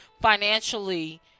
financially